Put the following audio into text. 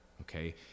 Okay